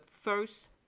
first